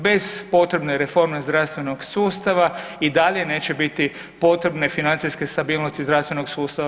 Bez potrebne reforme zdravstvenog sustava i dalje neće biti potrebne financijske stabilnosti zdravstvenog sustava.